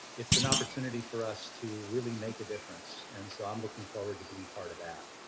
it's an opportunity for us to really make a difference and so i'm looking forward to being part of that.